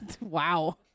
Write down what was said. Wow